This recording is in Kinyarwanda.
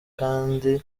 kandi